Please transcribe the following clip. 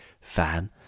fan